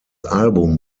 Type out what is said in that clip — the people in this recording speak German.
album